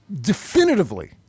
definitively